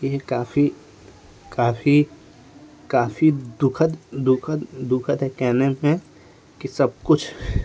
यही काफी काफी काफी दुखद दुखद दुखद है कहने में की सब कुछ